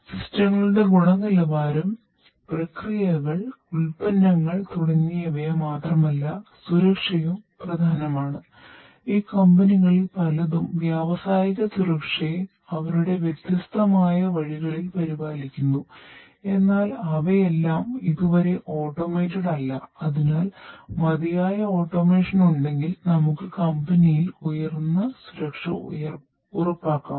സിസ്റ്റങ്ങളുടെ ഉയർന്ന സുരക്ഷ ഉറപ്പാക്കാം